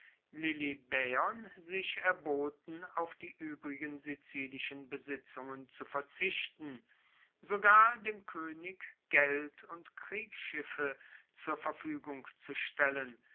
lilybaeon sich erboten auf die uebrigen sizilischen besitzungen zu verzichten sogar dem koenig geld und kriegsschiffe zur verfuegung zu stellen